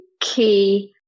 key